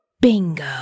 Bingo